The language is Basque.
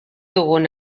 dugun